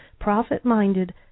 profit-minded